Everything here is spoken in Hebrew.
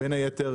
בין היתר,